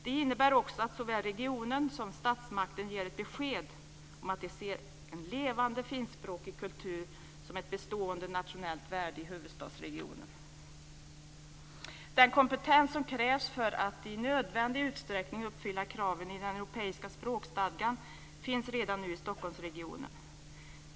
Det innebär också att såväl regionen som statsmakten ger ett besked om att man ser en levande finskspråkig kultur som ett bestående nationellt värde i huvudstadsregionen. Den kompetens som krävs för att i nödvändig utsträckning uppfylla kraven i den europeiska språkstadgan finns redan nu i Stockholmsregionen.